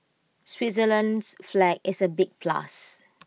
Switzerland's flag is A big plus